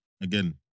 again